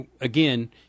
again